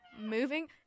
moving